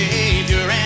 Savior